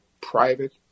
private